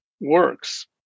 works